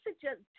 suggest